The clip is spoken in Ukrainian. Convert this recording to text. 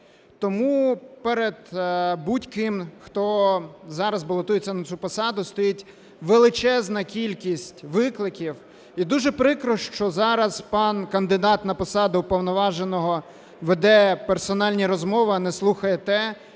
Тому перед будь-ким, хто зараз балотується на цю посаду, стоїть величезна кількість викликів. І дуже прикро, що зараз пан кандидат на посаду Уповноваженого веде персональні розмови, а не слухає те,